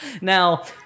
Now-